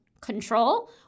control